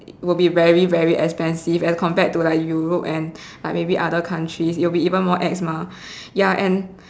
will be very very expensive as compared to like Europe and like maybe other countries it will be even more ex mah ya and